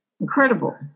incredible